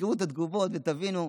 ותקראו את התגובות ותבינו,